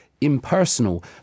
impersonal